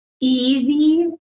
easy